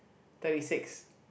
thirty six